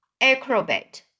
acrobat